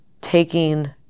taking